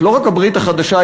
חבל מאוד.